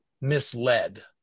misled